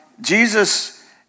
Jesus